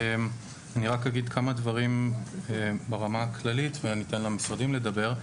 אני רק אגיד כמה דברים ברמה הכללית ואני אתן למשרדים לדבר.